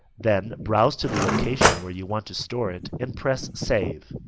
then browse to the location where you want to store it and press save.